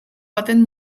baten